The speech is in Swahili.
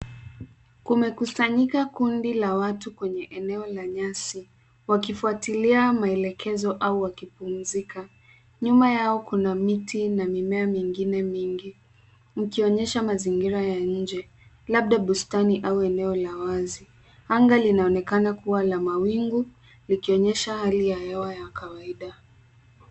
Kumekusanyika kundi la watu kwenye eneo la nyasi, wakifuatilia maelekezo au wakipumzika. Nyuma yao kuna miti na mimea mingine mingi, ikionyesha mazingira ya nje, labda bustani au eneo la wazi. Anga linaonekana kuwa la mawingu likionyesha hali ya hewa ya kawaida.